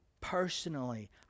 personally